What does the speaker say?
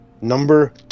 Number